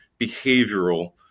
behavioral